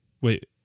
Wait